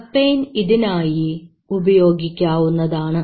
papain ഇതിനായി ഉപയോഗിക്കാവുന്നതാണ്